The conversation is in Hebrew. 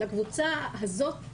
לקבוצה הזאת דווקא,